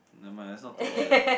never mind let's not talk about that